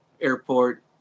Airport